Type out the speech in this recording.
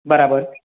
બરાબર